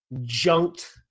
junked